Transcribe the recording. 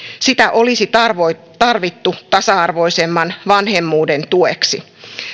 sitä olisi tarvittu tasa arvoisemman vanhemmuuden tueksi